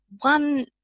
one